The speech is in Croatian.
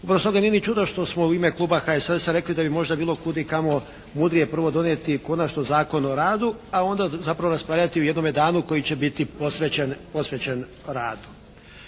Upravo stoga nije ni čudo što smo u ime kluba HSS-a rekli da bi možda bilo kud i kamo mudrije prvo donijeti konačno Zakon o radu, a onda zapravo raspravljati o jednom danu koji će biti posvećen radu.